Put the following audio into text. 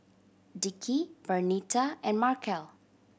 Dickie Bernita and Markell